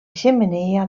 xemeneia